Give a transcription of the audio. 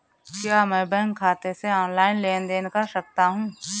क्या मैं बैंक खाते से ऑनलाइन लेनदेन कर सकता हूं?